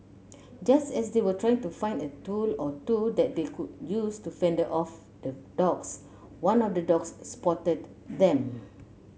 just as they were trying to find a tool or two that they could use to fend off the dogs one of the dogs spotted them